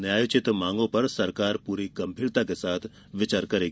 न्यायोचित माँगों पर सरकार पूरी गंभीरता के साथ विचार करेगी